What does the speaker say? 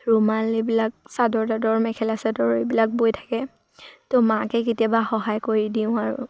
ৰুমাল এইবিলাক চাদৰ তাদৰ মেখেলা চাদৰ এইবিলাক বৈ থাকে ত' মাকে কেতিয়াবা সহায় কৰি দিওঁ আৰু